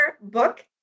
book